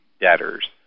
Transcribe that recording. debtors